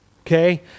Okay